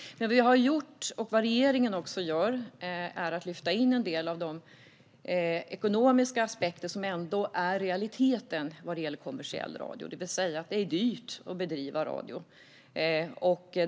Det vi har gjort, som regeringen också gör, är att lyfta in en del av de ekonomiska aspekter som ändå är realiteten när det gäller kommersiell radio. Det är dyrt att sända radio.